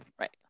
Right